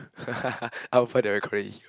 I'll find the recording